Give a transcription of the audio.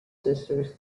sisters